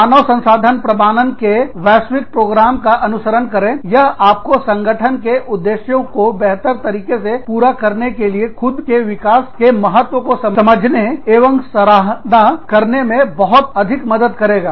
मानव संसाधन प्रमाणन के वैश्विक प्रोग्राम का अनुसरण करें यह आपको संगठन के उद्देश्यों को बेहतर तरीके से पूरा करने के लिए खुद के विकास के महत्व को समझने एवं सराहना करने मे बहुत अधिक मदद करेगा